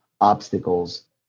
obstacles